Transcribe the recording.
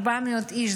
400 איש,